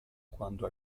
quando